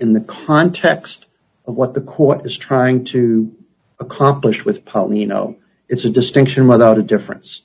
in the context of what the court is trying to accomplish with pup we know it's a distinction without a difference